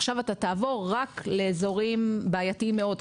עכשיו אתה תעבור רק לאזורים בעייתיים מאוד,